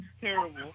terrible